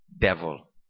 devil